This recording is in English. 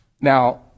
Now